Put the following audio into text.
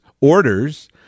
orders